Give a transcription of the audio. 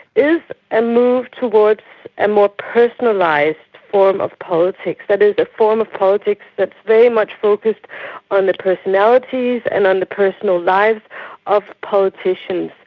is a move towards a more personalised form of politics, that is a form of politics that is very much focused on the personalities and on the personal lives of politicians.